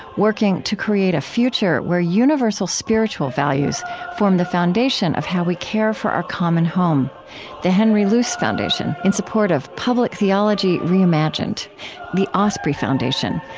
working to create a future where universal spiritual values form the foundation of how we care for our common home the henry luce foundation, in support of public theology reimagined the osprey foundation,